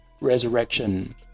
resurrection